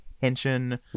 tension